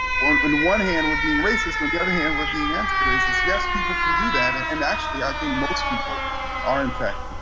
on on one hand with being racist, on the other hand we're being and yes, people can do that, and and actually i think most people are in fact.